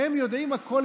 הם יודעים הכול,